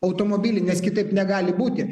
automobilį nes kitaip negali būti